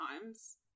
times